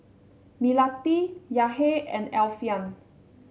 Melati Yahya and Alfian